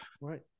Right